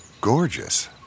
gorgeous